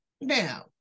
now